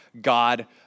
God